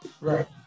Right